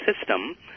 system